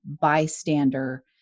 bystander